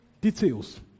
details